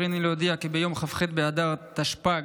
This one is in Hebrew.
הריני להודיע כי ביום כ"ח באדר תשפ"ג,